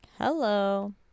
hello